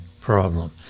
problem